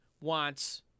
wants